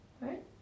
right